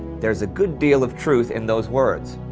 there's a good deal of truth in those words.